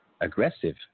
aggressive